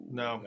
no